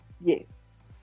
Yes